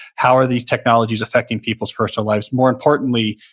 how are these technologies affecting people's personal lives? more importantly,